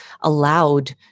allowed